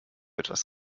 etwas